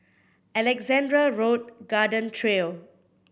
Alexandra Road Garden Trail